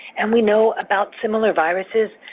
and we know about similar viruses,